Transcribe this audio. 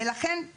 ולכן,